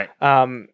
Right